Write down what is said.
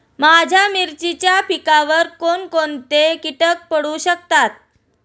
माझ्या मिरचीच्या पिकावर कोण कोणते कीटक पडू शकतात?